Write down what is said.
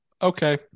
okay